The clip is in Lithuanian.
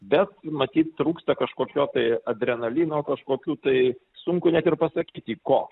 bet matyt trūksta kažkokio tai adrenalino kažkokių tai sunku net ir pasakyti ko